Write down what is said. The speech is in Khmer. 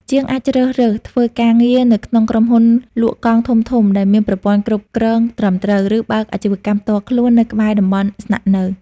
ជាងអាចជ្រើសរើសធ្វើការងារនៅក្នុងក្រុមហ៊ុនលក់កង់ធំៗដែលមានប្រព័ន្ធគ្រប់គ្រងត្រឹមត្រូវ ឬបើកអាជីវកម្មផ្ទាល់ខ្លួននៅក្បែរតំបន់ស្នាក់នៅ។